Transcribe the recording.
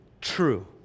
True